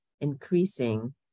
increasing